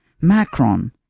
Macron